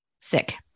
sick